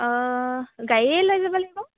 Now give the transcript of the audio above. অঁ গাড়ীয়ে লৈ যাব লাগিব